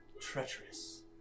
treacherous